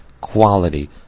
quality